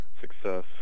success